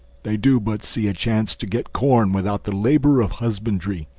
they do but see a chance to get corn without the labor of husbandry.